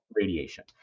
radiation